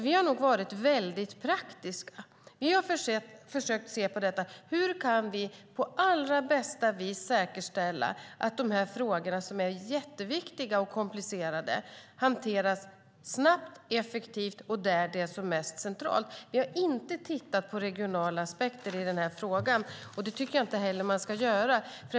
Vi har nog varit mycket praktiska. Vi har ställt frågan: Hur kan vi på allra bästa vis säkerställa att dessa frågor som är så viktiga och komplicerade hanteras snabbt, effektivt och där det är som mest centralt? Vi har inte tittat på regionala aspekter i denna fråga, och det tycker jag inte heller att man ska göra.